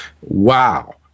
Wow